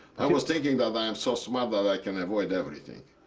i was thinking that i'm so smart that i can avoid everything.